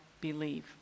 believe